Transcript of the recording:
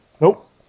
nope